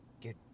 get